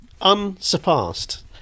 Unsurpassed